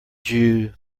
jew